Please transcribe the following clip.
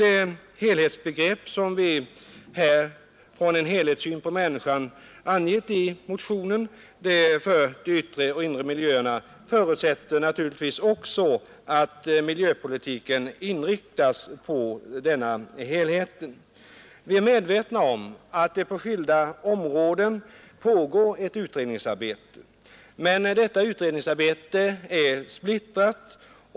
Det helhetsgrepp som vi här från en helhetssyn på människan angivit för de yttre och inre miljöerna förutsätter naturligtvis också att miljöpolitiken inriktas på denna helhet. Vi är medvetna om att det på skilda områden pågår ett utredningsarbete, men detta utredningsarbete är splittrat.